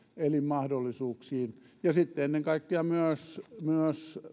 elinmahdollisuuksiin ja sitten ennen kaikkea myös myös